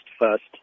first